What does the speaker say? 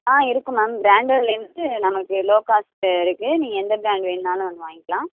ஆ இருக்கும் மேம் ப்ராண்டட்லேருந்து நமக்கு லோ காஸ்ட்டு இருக்குது நீங்கள் எந்த ப்ராண்ட் வேணும்னாலும் வந்து வாங்கிக்கலாம்